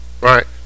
right